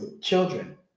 children